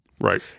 right